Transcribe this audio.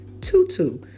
tutu